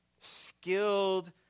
Skilled